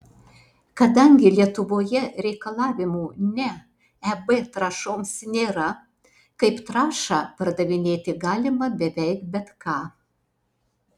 kadangi lietuvoje reikalavimų ne eb trąšoms nėra kaip trąšą pardavinėti galima beveik bet ką